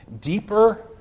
deeper